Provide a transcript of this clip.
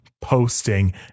posting